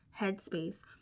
headspace